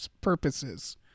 purposes